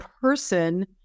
person